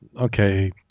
Okay